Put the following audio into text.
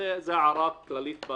זו הערה כללית.